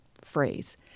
phrase